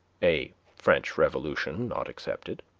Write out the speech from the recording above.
a french revolution not excepted.